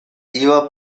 iba